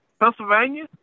Pennsylvania